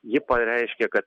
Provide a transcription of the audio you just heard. ji pareiškė kad